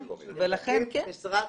ולהקים משרד